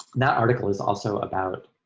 that article is also about,